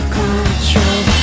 control